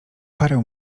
parę